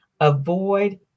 avoid